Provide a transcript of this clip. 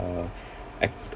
uh